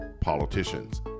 politicians